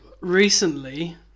recently